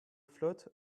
float